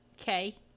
Okay